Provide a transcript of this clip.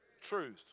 truth